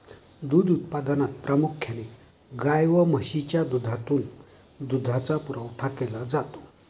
दूध उत्पादनात प्रामुख्याने गाय व म्हशीच्या दुधातून दुधाचा पुरवठा केला जातो